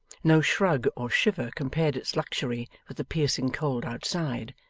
no shrug or shiver compared its luxury with the piercing cold outside.